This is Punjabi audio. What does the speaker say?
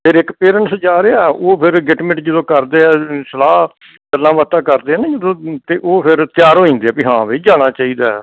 ਫਿਰ ਇੱਕ ਪੇਰੈਂਟਸ ਜਾ ਰਿਹਾ ਉਹ ਫਿਰ ਗਿਟਮਿਟ ਜਦੋਂ ਕਰਦੇ ਆ ਸਲਾਹ ਗੱਲਾਂ ਬਾਤਾਂ ਕਰਦੇ ਹਾਂ ਨਾ ਜਦੋਂ ਅਤੇ ਉਹ ਫਿਰ ਤਿਆਰ ਹੋ ਜਾਂਦੇ ਵੀ ਹਾਂ ਬਈ ਜਾਣਾ ਚਾਹੀਦਾ